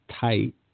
tight